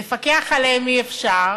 ולפקח עליהם אי-אפשר,